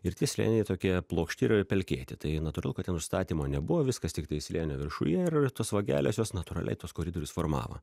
ir tie slėniai tokie plokšti yra ir pelkėti tai natūralu kad ten užstatymo nebuvo viskas tiktai slėnio viršuje ir tos vagelės jos natūraliai tuos koridorius formavo